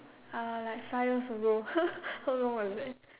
uh like five years ago how long was that